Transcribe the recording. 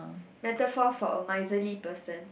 metaphor for a miserly person